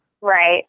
Right